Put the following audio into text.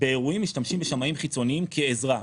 באירועים משתמשים בשמאים חיצוניים כעזרה.